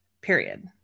period